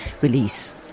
release